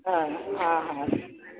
हा हा हा